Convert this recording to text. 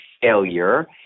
failure